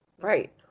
Right